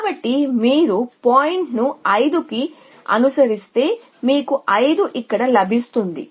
కాబట్టి మీరు పాయింట్ను 5 కి అనుసరిస్తే మీకు 5 ఇక్కడ లభిస్తుంది